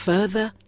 Further